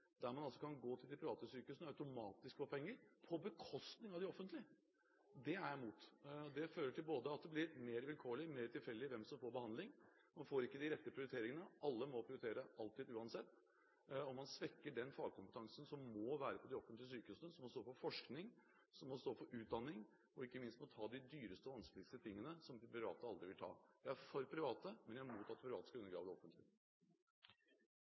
der man kan gå til de private sykehusene og automatisk få penger, på bekostning av de offentlige. Det er jeg imot. Det fører til at det blir mer vilkårlig, mer tilfeldig hvem som får behandling, og man får ikke de rette prioriteringene – alle må uansett alltid prioritere – og man svekker den fagkompetansen som må være på de offentlige sykehusene, som må stå for forskning, som må stå for utdanning, og som ikke minst må ta de dyreste og vanskeligste tingene som de private aldri vil ta. Jeg er for private, men jeg er imot at det private skal undergrave det offentlige.